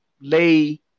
lay